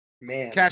Man